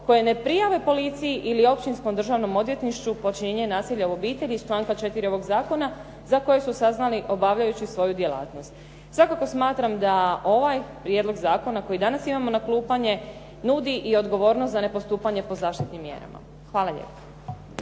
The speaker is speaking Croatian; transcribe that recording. koje ne prijave policiji ili općinskom državnom odvjetništvu počinjenja nasilja u obitelji iz članka 4. ovog zakona za koje su saznali obavljajući svoju djelatnost. Svako smatram da ovaj prijedlog zakona koji danas imamo na klupama nudi i odgovornost za ne postupanje po zaštitnim mjerama. Hvala lijepa.